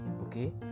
Okay